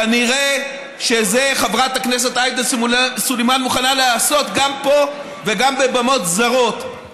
כנראה את זה חברת הכנסת עאידה סלימאן מוכנה לעשות גם פה וגם בבמות זרות.